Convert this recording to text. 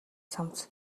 цамц